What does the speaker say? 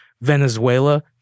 Venezuela